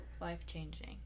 life-changing